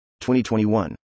2021